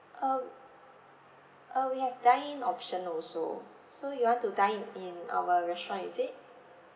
uh uh we have dine in option also so you want to dine in our restaurant is it